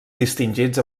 distingits